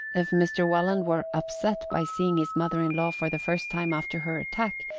if mr. welland were upset by seeing his mother-in-law for the first time after her attack,